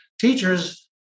teachers